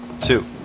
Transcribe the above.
Two